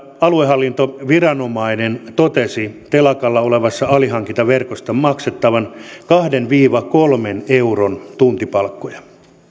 aluehallintoviranomainen totesi telakalla olevassa alihankintaverkossa maksettavan kahden viiva kolmen euron tuntipalkkoja